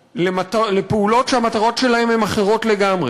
לפעולות שהמטרות שלהן הן אחרות לגמרי.